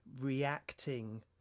reacting